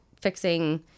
fixing